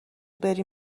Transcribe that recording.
بری